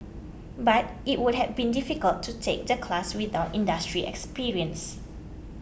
but it would have been difficult to take the class without industry experience